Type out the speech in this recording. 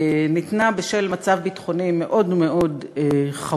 ניתנה בשל מצב ביטחוני מאוד מאוד חמור,